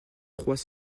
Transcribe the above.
trois